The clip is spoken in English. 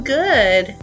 good